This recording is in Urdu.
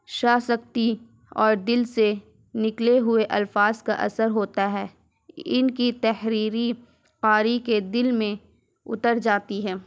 شائستگی اور دل سے نکلے ہوئے الفاظ کا اثر ہوتا ہے ان کی تحریریں قاری کے دل میں اتر جاتی ہے